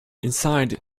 inside